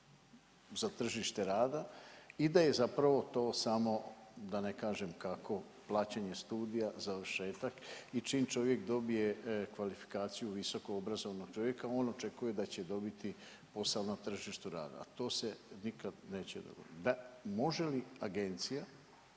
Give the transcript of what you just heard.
za tržište rada i da je zapravo to samo da ne kažem kako plaćanje studija, završetak. I čim čovjek dobije kvalifikaciju visoko obrazovnog čovjeka on očekuje da će dobiti posao na tržištu rada, a to se nikad neće dogoditi. Može li agencija